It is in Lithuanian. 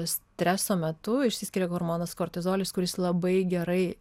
streso metu išsiskiria hormonas kortizolis kuris labai gerai